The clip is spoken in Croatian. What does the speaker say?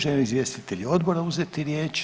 Žele li izvjestitelji odbora uzeti riječ?